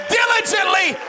diligently